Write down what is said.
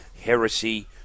heresy